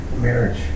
Marriage